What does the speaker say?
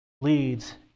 leads